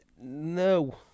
no